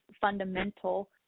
fundamental